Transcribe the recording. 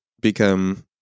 become